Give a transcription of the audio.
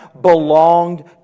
belonged